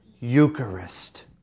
Eucharist